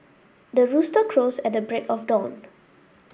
the rooster crows at the break of dawn